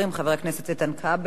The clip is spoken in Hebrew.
חבר הכנסת איתן כבל,